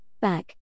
back